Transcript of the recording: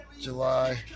July